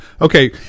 okay